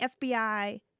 FBI